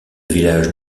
village